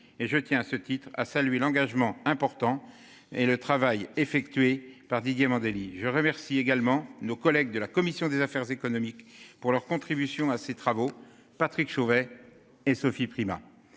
je tiens à ce titre, a salué l'engagement important et le travail effectué par Didier Mandelli. Je remercie également nos collègues de la commission des affaires économiques pour leur contribution à ces travaux. Patrick Chauvet et Sophie Primas.